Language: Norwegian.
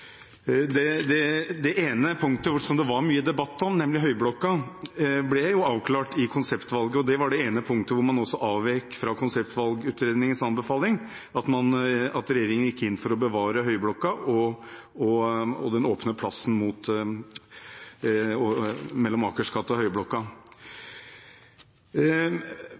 Det ene punktet som det var mye debatt om, nemlig Høyblokka, ble avklart i konseptvalget, og det var også det ene punktet der man avvek fra konseptvalgutredningens anbefaling, at regjeringen gikk inn for å bevare Høyblokka og den åpne plassen mellom Akersgata og Høyblokka. Etter at idéfaseforslagene har vært presentert og